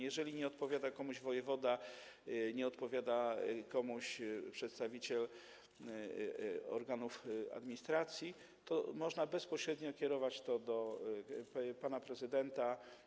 Jeżeli nie odpowiada komuś wojewoda, nie odpowiada komuś przedstawiciel organów administracji, to można bezpośrednio kierować to do pana prezydenta.